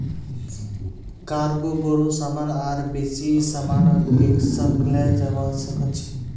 cargo बोरो सामान और बेसी सामानक एक संग ले जव्वा सक छ